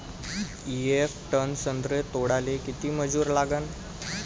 येक टन संत्रे तोडाले किती मजूर लागन?